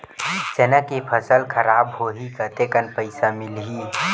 चना के फसल खराब होही कतेकन पईसा मिलही?